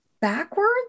backwards